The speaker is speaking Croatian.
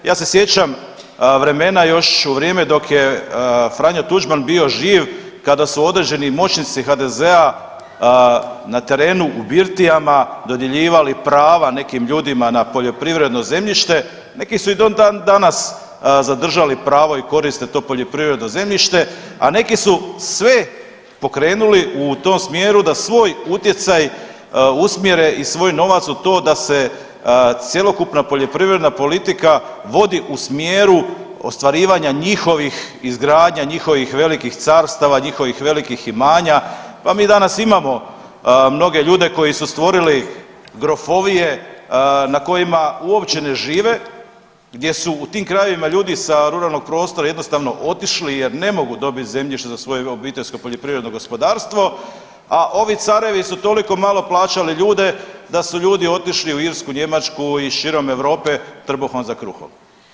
Ja se sjećam vremena još u vrijeme dok je Franjo Tuđman bio živ kada su određeni moćnici HDZ-a na terenu, u birtijama dodjeljivali prava nekim ljudima na poljoprivredno zemljište, neki su i dan danas zadržali pravo i koriste to poljoprivredno zemljište, a neki su sve pokrenuli u tom smjeru da svoj utjecaj usmjere i svoj novac u to da se cjelokupna poljoprivredna politika vodi u smjeru ostvarivanja njihovih, izgradnja njihovih velikih carstava, njihovih velikih imanja, pa mi danas imamo mnoge ljude koji su stvorili grofovije na kojima uopće ne žive, gdje su u tim krajevima ljudi sa ruralnog prostora jednostavno otišli jer ne mogu dobiti zemljište za svoje obiteljsko poljoprivredno gospodarstvo, a ovi carevi su toliko malo plaćali ljude da su ljudi otišli u Irsku, Njemačku i širom Europe trbuhom za kruhom.